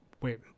wait